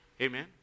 Amen